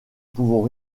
pouvons